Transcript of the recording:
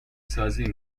سازی